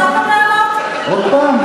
עוד פעם?